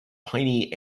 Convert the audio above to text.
piny